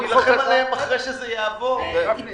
רק רגע, איתי